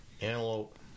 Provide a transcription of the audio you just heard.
antelope